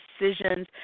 decisions